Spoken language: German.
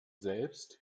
selbst